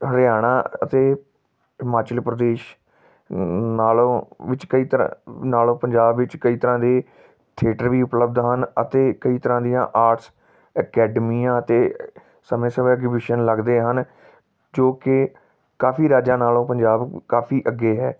ਹਰਿਆਣਾ ਅਤੇ ਹਿਮਾਚਲ ਪ੍ਰਦੇਸ਼ ਨਾਲੋਂ ਵਿੱਚ ਕਈ ਤਰ੍ਹਾਂ ਨਾਲੋਂ ਪੰਜਾਬ ਵਿੱਚ ਕਈ ਤਰ੍ਹਾਂ ਦੇ ਥਿਏਟਰ ਵੀ ਉਪਲਬਧ ਹਨ ਅਤੇ ਕਈ ਤਰ੍ਹਾਂ ਦੀਆਂ ਆਰਟਸ ਅਕੈਡਮੀਆਂ ਅਤੇ ਸਮੇਂ ਸਮੇਂ ਐਗਜੀਬਿਸ਼ਨ ਲੱਗਦੇ ਹਨ ਜੋ ਕਿ ਕਾਫੀ ਰਾਜਾਂ ਨਾਲੋਂ ਪੰਜਾਬ ਕਾਫੀ ਅੱਗੇ ਹੈ